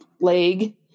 leg